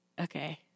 okay